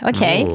Okay